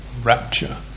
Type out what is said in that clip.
Rapture